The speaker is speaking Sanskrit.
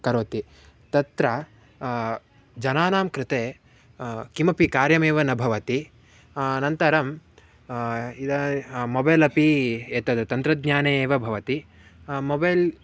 करोति तत्र जनानां कृते किमपि कार्यमेव न भवति अनन्तरम् इदाय् मोबैल् अपि एतद् तन्त्रज्ञाने एव भवति मोबैल्